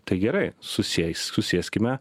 tai gerai susieis susėskime